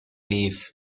leaf